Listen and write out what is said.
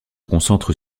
concentre